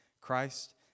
Christ